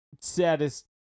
saddest